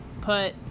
put